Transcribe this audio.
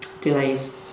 delays